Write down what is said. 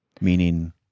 Meaning